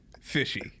fishy